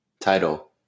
title